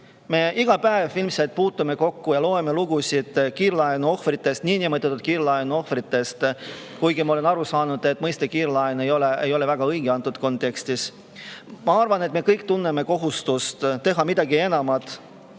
sellega ilmselt iga päev kokku ja loeme lugusid kiirlaenuohvritest, niinimetatud kiirlaenu ohvritest – ma olen aru saanud, et mõiste "kiirlaen" ei ole väga õige antud kontekstis. Ma arvan, et me kõik tunneme kohustust teha midagi enamat